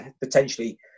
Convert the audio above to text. potentially